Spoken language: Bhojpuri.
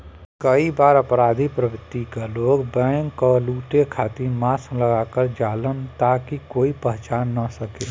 कई बार अपराधी प्रवृत्ति क लोग बैंक क लुटे खातिर मास्क लगा क जालन ताकि कोई पहचान न सके